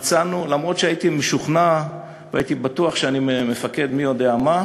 אף שהייתי משוכנע והייתי בטוח שאני מפקד מי-יודע-מה,